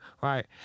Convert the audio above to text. Right